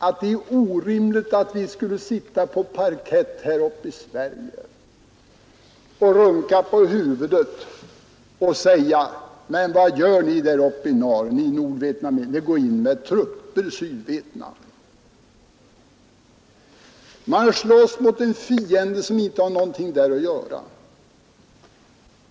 Är det rimligt att vi skall sitta på parkett här uppe i Sverige och runka på huvudet och säga: ”Men vad gör ni nordvietnameser? Går ni in med trupper i Sydvietnam?” Man slåss mot en fiende som inte har någonting där att göra.